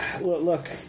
Look